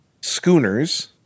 schooners